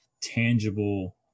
tangible